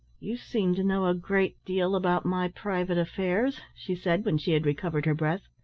you seem to know a great deal about my private affairs, she said, when she had recovered her breath.